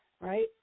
right